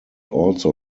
also